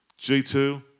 G2